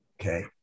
Okay